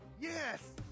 Yes